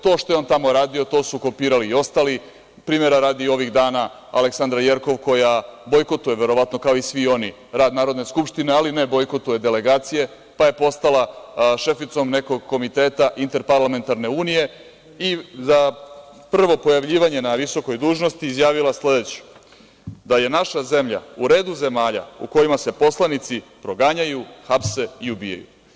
To što je on tamo radio, to su kopirali i ostali, primera radi, ovih dana Aleksandra Jerkov, koja bojkotuje, verovatno, kao i svi oni, rad Narodne skupštine, ali ne bojkotuje delegacije, pa je postala šeficom nekog komiteta Interparlamentarne unije i za prvo pojavljivanje na visokoj dužnosti izjavila sledeće – Da je naša zemlja u redu zemalja u kojima se poslanici proganjaju, hapse i ubijaju.